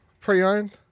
Pre-owned